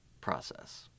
process